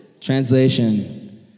Translation